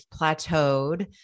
plateaued